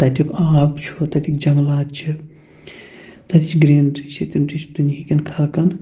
تَتیُک آب چھُ تَتیکۍ جنٛگلات چھِ تَتِچ گریٖنری چھِ تِم تہِ چھِ دُنہیٖکٮ۪ن کھلکَن